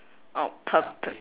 or purpl~